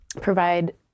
provide